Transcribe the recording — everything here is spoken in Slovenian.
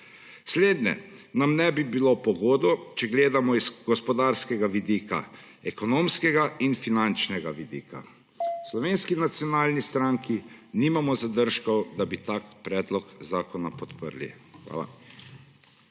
Slednje nam ne bi bilo po godu, če gledamo z gospodarskega vidika, ekonomskega in finančnega vidika. V Slovenski nacionalni stranki nimamo zadržkov, da bi tak predlog zakona podprli. Hvala.